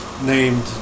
named